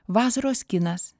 vasaros kinas